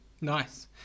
Nice